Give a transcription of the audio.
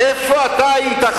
איפה אתה היית,